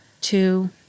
two